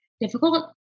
difficult